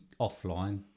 offline